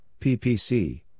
PPC